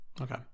Okay